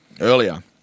earlier